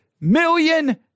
million